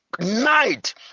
night